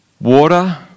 Water